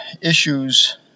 issues